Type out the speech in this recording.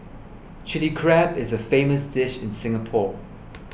Chilli Crab is a famous dish in Singapore